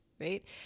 right